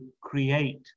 create